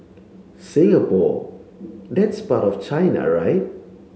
Singapore that's part of China right